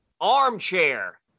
armchair